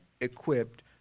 equipped